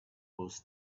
was